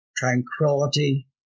tranquility